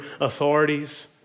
authorities